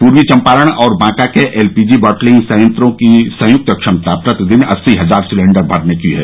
पूर्वी चंपारण और बांका के एलपीजी बॉटलिंग संयत्रों की संयुक्त क्षमता प्रतिदिन अस्सी हजार सिलेण्डर भरने की है